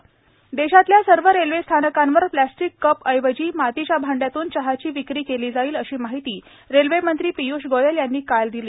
चहाची विक्री देशातल्या सर्व रेल्वेस्थानकांवर प्लस्टिक कप ऐवजी मातीच्या भांड्यातून चहाची विक्री केली जाईल अशी माहिती रेल्वेमंत्री पिय्ष गोयल यांनी काल दिली